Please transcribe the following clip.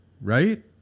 right